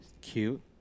cute